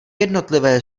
jednotlivé